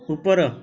ଉପର